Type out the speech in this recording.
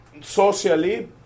Socially